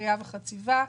כרייה וחציבה,